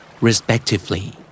Respectively